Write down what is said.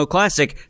Classic